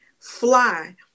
fly